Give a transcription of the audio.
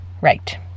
Right